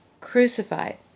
crucified